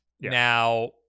Now